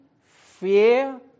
fear